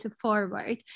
forward